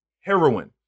heroin